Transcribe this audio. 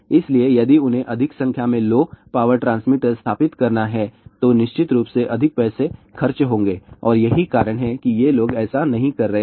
इसलिए यदि उन्हें अधिक संख्या में लो पावर ट्रांसमीटर स्थापित करना है तो निश्चित रूप से अधिक पैसे खर्च होंगे और यही कारण है कि ये लोग ऐसा नहीं कर रहे हैं